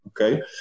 okay